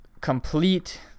complete